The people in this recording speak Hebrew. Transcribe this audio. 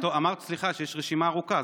אבל אמרת, סליחה, שיש רשימה ארוכה.